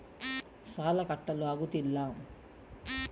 ಸಾಲ ಕಟ್ಟಲು ಆಗುತ್ತಿಲ್ಲ